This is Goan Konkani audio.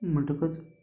म्हणटकच